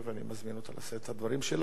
אני מזמין אותה לשאת את הדברים שלה.